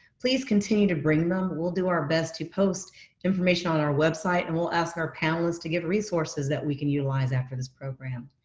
please continue to bring them and we'll do our best to post information on our website, and we'll ask our panelists to give resources that we can utilize after this program.